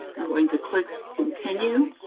i'm going to click continue.